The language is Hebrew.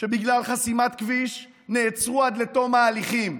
שבגלל חסימת כביש נעצרו עד תום ההליכים.